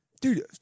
dude